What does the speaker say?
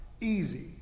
easy